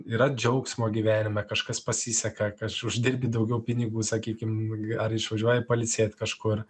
yra džiaugsmo gyvenime kažkas pasiseka kaž uždirbti daugiau pinigų sakykim ar išvažiuoji pailsėt kažkur